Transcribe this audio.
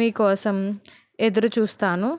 మీకోసం ఎదురుచూస్తాను